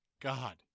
God